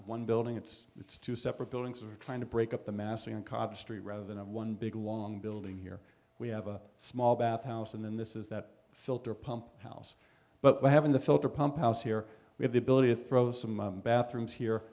one building it's it's two separate buildings are trying to break up the massey and cobb street rather than one big long building here we have a small bath house and then this is that filter pump house but we have in the filter pump house here we have the ability to throw some bathrooms here